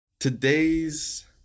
today's